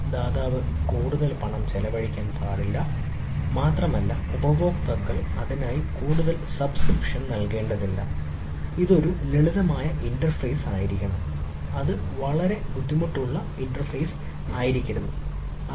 ദാതാവ് കൂടുതൽ പണം ചെലവഴിക്കാൻ പാടില്ല മാത്രമല്ല ഉപയോക്താക്കൾ അതിനായി കൂടുതൽ സബ്സ്ക്രിപ്ഷൻ ആയിരിക്കണം അത് വളരെ ബുദ്ധിമുട്ടുള്ള ഇന്റർഫേസ് ആയിരിക്കരുത്